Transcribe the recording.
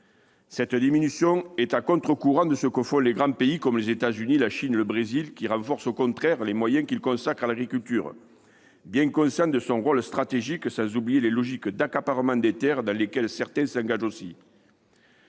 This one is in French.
Cette diminution est à contre-courant de ce que font les grands pays, comme les États-Unis, la Chine et le Brésil, qui renforcent au contraire les moyens qu'ils consacrent à l'agriculture, bien conscients de son rôle stratégique, sans oublier les logiques d'accaparement des terres dans lesquelles certains s'engagent aussi.